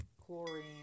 chlorine